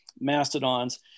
mastodons